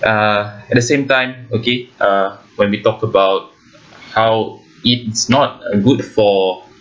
uh at the same time okay uh when we talk about how it's not a good for